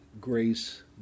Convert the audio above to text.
grace